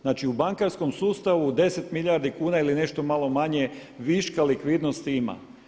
Znači u bankarskom sustavu u deset milijardi kuna ili nešto malo manje viška likvidnosti ima.